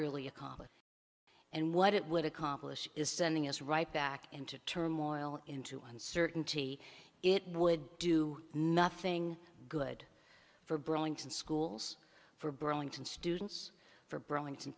really accomplish and what it would accomplish is sending us right back into turmoil into uncertainty it would do nothing good for brawling schools for burlington students for burlington